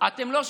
אתם לא שואלים?